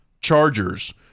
chargers